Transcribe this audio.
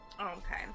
Okay